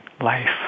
life